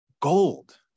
gold